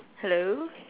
hello